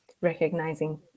recognizing